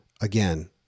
again